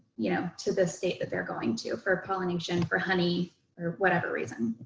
you know, to the state that they're going to for pollination for honey or whatever reason.